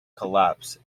collapse